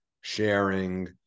sharing